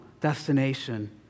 destination